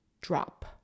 drop